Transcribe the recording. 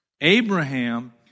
Abraham